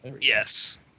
Yes